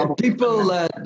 People